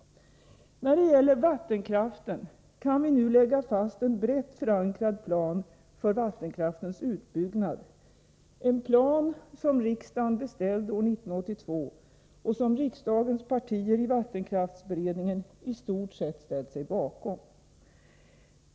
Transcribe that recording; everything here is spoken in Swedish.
När det gäller vattenkraften kan vi nu lägga fast en brett förankrad plan för vattenkraftens utbyggnad — en plan som riksdagen år 1982 beställde och som riksdagens partier i vattenkraftsberedningen i stort sett ställt sig bakom.